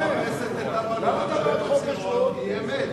היא אמת.